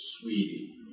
sweetie